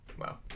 Wow